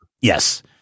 Yes